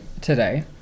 Today